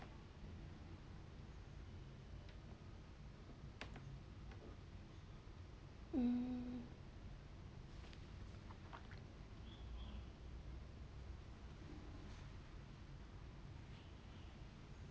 mm